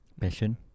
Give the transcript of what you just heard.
passion